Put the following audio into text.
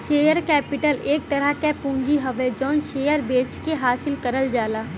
share capital एक तरह क पूंजी हउवे जौन शेयर बेचके हासिल करल जाला